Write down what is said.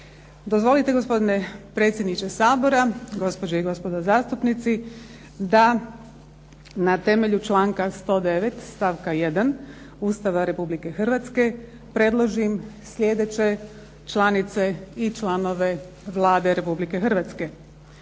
Dozvolite gospodine predsjedniče Sabora, gospođe i gospodo zastupnici da na temelju članka 109. stavka 1. Ustava Republike Hrvatske, predložim sljedeće članice i članove Vlade Republike Hrvatske.